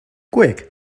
quick